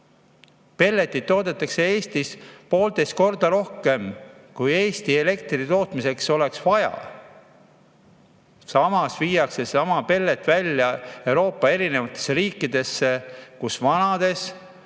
Pelletit toodetakse Eestis poolteist korda rohkem, kui Eestis elektritootmiseks oleks vaja. Samas viiakse pelletit välja Euroopa eri riikidesse, kus vanades